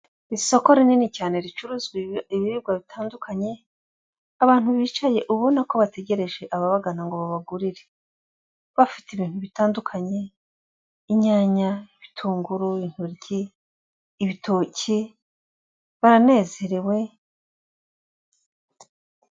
Isoko rinini cyane ricuruza ibiribwa bitandukanye abantu bicaye ubona ko bategereje ababagana ngo babagurire, bafite ibintu bitandukanye inyanya, ibitunguru, intoryi, ibitoki baranezerewe.